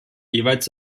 jeweils